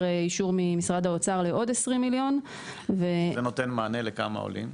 אישור ממשרד האוצר לעוד 20,000,000. זה נותן מענה לכמה עולים?